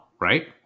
right